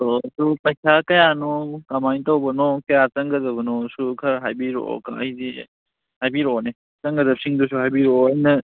ꯑꯗꯨ ꯄꯩꯁꯥ ꯀꯌꯥꯅꯣ ꯀꯃꯥꯏ ꯇꯧꯕꯅꯣ ꯀꯌꯥ ꯆꯪꯒꯗꯕꯅꯣꯁꯨ ꯈꯔ ꯍꯥꯏꯕꯤꯔꯛꯑꯣ ꯑꯩꯗꯤ ꯍꯥꯏꯕꯤꯔꯀꯑꯣꯅꯦ ꯆꯪꯒꯗꯕꯁꯤꯡꯗꯨꯁꯨ ꯍꯥꯏꯕꯤꯔꯛꯑꯣ ꯑꯗꯨꯅ